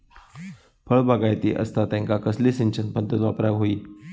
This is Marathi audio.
फळबागायती असता त्यांका कसली सिंचन पदधत वापराक होई?